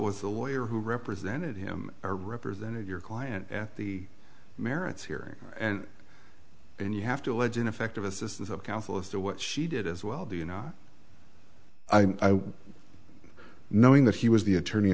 was the lawyer who represented him or represented your client at the merits hearing and then you have to allege ineffective assistance of counsel as to what she did as well do you know knowing that she was the attorney